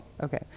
okay